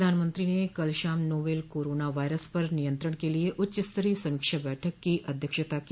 प्रधानमंत्री ने कल शाम नोवल कोरोना वायरस पर नियंत्रण के लिए उच्चस्तरीय समीक्षा बैठक को अध्यक्षता की